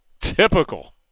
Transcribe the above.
typical